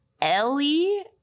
Ellie